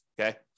Okay